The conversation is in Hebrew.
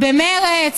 במרצ,